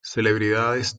celebridades